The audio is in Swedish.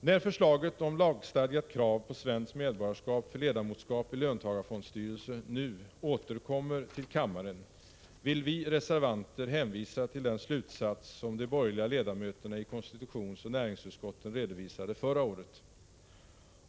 När förslaget om lagstadgat krav på svenskt medborgarskap för ledamotskap i löntagarfondstyrelse nu återkommer till kammaren vill vi reservanter hänvisa till den slutsats som de borgerliga ledamöterna i konstitutionsoch näringsutskotten redovisade förra året.